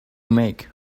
make